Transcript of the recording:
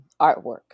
artwork